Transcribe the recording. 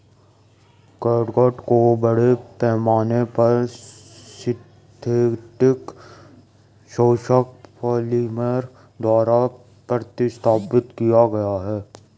catgut को बड़े पैमाने पर सिंथेटिक शोषक पॉलिमर द्वारा प्रतिस्थापित किया गया है